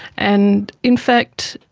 and in fact,